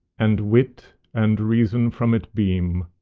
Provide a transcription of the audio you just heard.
and wit and reason from it beam,